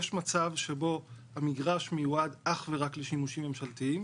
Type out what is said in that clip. יש מצב שבו המגרש מיועד אך ורק לשימושים ממשלתיים.